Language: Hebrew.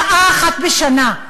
שעה אחת בשנה.